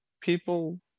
people